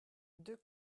deux